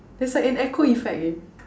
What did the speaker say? there's like an echo effect leh